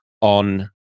on